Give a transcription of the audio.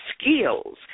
skills